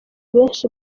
benshi